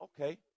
Okay